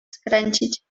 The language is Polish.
skręcić